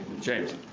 James